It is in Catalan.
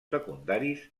secundaris